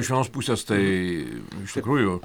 iš vienos pusės tai iš tikrųjų